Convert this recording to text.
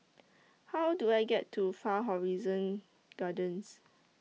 How Do I get to Far Horizon Gardens